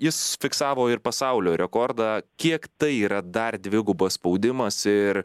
jis fiksavo ir pasaulio rekordą kiek tai yra dar dvigubas spaudimas ir